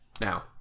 now